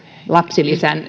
lapsilisän